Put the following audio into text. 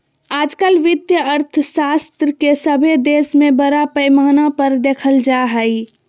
आजकल वित्तीय अर्थशास्त्र के सभे देश में बड़ा पैमाना पर देखल जा हइ